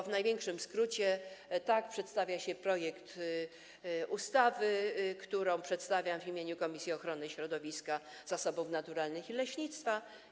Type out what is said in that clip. W największym skrócie tak przedstawia się projekt ustawy, który przedstawiam w imieniu Komisji Ochrony Środowiska, Zasobów Naturalnych i Leśnictwa.